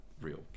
real